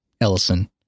Ellison